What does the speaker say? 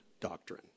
doctrine